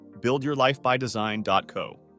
buildyourlifebydesign.co